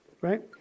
right